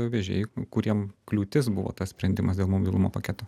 vežėjai kuriem kliūtis buvo tas sprendimas dėl mobilumo paketo